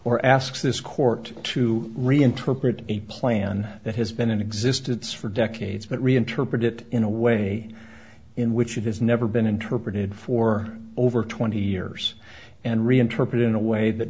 or asks this court to reinterpret a plan that has been in existence for decades but reinterpret it in a way in which it has never been interpreted for over twenty years and reinterpret it in a way th